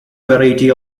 variety